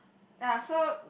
ya so